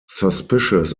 suspicions